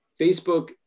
Facebook